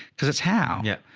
cause it's how. yeah.